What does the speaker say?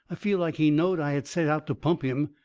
felt like he knowed i had set out to pump him.